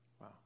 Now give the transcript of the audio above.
Wow